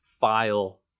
file